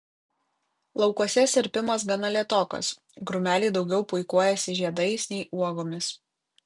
laukuose sirpimas gana lėtokas krūmeliai daugiau puikuojasi žiedais nei uogomis